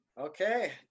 Okay